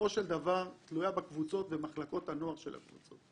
בסופו של דבר תלויה בקבוצות ובמחלקות הנוער של הקבוצות.